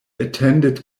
attended